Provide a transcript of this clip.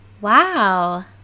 Wow